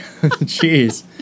Jeez